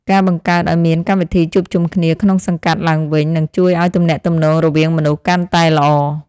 ការបង្កើតឱ្យមានកម្មវិធីជួបជុំគ្នាក្នុងសង្កាត់ឡើងវិញនឹងជួយឱ្យទំនាក់ទំនងរវាងមនុស្សកាន់តែល្អ។